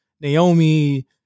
Naomi